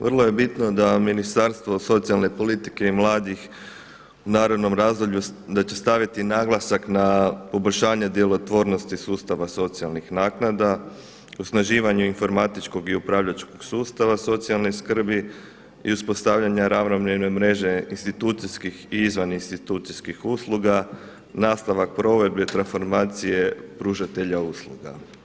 Vrlo je bitno da Ministarstvo socijalne politike i mladih u narednom razdoblju da će staviti naglasak na poboljšanje djelotvornosti sustava socijalnih naknada, osnaživanju informatičkog i upravljačkog sustava socijalne skrbi i uspostavljanja ravnomjerne mreže institucijskih i izvan institucijskih usluga, nastavak provedbe transformacije pružatelja usluga.